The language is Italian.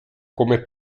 come